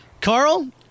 Carl